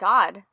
God